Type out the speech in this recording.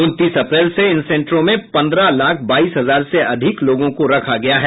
उनतीस अप्रैल से इन सेंटरों में पंद्रह लाख बाईस हजार से अधिक लोगों को रखा गया है